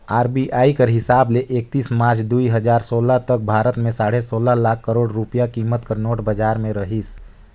RBI कर हिसाब ले एकतीस मार्च दुई हजार सोला तक भारत में साढ़े सोला लाख करोड़ रूपिया कीमत कर नोट बजार में रहिस